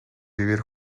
vivir